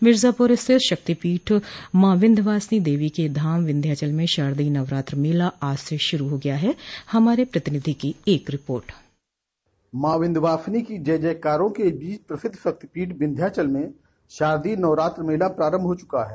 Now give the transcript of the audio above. मिर्जापुर स्थित शक्तिपीठ मॉ विंध्यवासिनी देवी के धाम विन्ध्याचल में शारदीय नवरात्र मेला आज से शुरू हो गया हैं हमारे प्रतिनिधि की एक रिपोर्ट माँ विंध्यवासिनी की जय जयकारो के बीच प्रसिद्ध शक्तिपीठ विँध्याचल मे शारदीय नवरात्र मेला प्रारम्भ हो चुका है